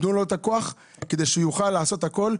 תנו לו את הכוח כדי שהוא יוכל לעשות הכול.